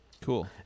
Cool